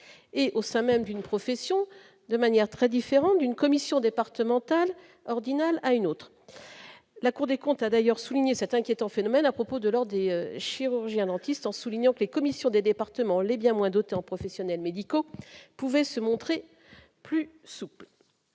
et au sein même d'une profession de manière très différent d'une commission départementale ordinale à une autre, la Cour des comptes a d'ailleurs souligné cet inquiétant phénomène à propos de l'Ordre des chirurgiens-dentistes, en soulignant que les commissions des départements les bien moins d'Otan professionnels médicaux pouvait se montrer plus souple,